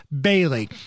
Bailey